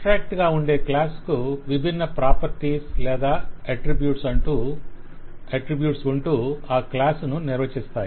abstract గా ఉండే class కు విభిన్న ప్రాపర్టీస్ లేదా అట్ట్రిబ్యూట్స్ ఉంటూ ఆ క్లాస్ ను నిర్వచిస్థాయి